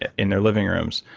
in their living rooms.